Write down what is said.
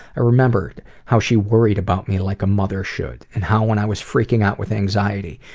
i remembered how she worried about me like a mother should, and how when i was freaking out with anxiety,